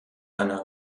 einer